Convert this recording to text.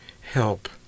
help